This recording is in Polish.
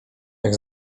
jak